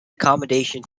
accommodation